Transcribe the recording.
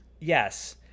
Yes